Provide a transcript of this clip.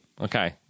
okay